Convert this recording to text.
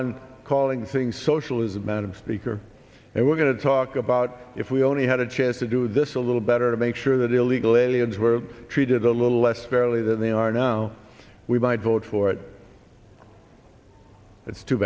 on calling things socialism out of speaker and we're going to talk about if we only had a chance to do this a little better to make sure that illegal aliens were treated a little less fairly than they are now we might vote for it it's too